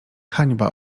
hańba